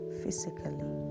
physically